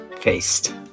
Faced